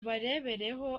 bareberaho